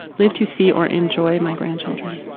live to see or enjoy my grandchildren.